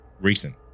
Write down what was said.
recent